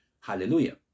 Hallelujah